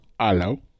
Hello